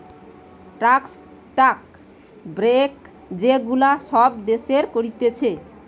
tax cut, break যে গুলা সব দেশের করতিছে